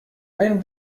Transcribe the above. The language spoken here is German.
ein